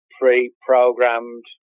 pre-programmed